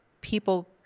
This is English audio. people